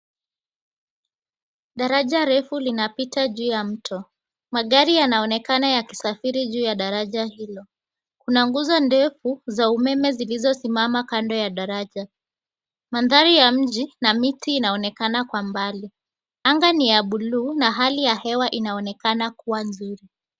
Daraja refu linapita juu ya mto. Magari yanaonekana yakisafiri juu ya daraja hilo. Kuna nguzo ndefu za umeme zilizosimama kando ya daraja. Mandhari ya mji na miti inaonekana kwa mbali. Anga ni ya bluu na hali ya hewa inaonekana kuwa nzuri.